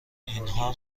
اینها